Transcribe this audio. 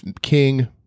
king